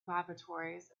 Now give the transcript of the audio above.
laboratories